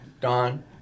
Don